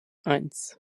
eins